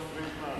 לתום פרידמן.